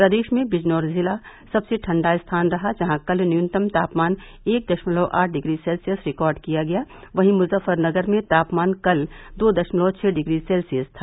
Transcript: प्रदेश में बिजनौर जिला सबसे ठण्डा स्थान रहा जहां कल न्यूनतम तापमान एक दशमलव आठ डिग्री सेल्सियस रिकार्ड किया गया वही मुजफ्फरनगर में तापमान कल दो दशमलव छह डिग्री सेल्सियस था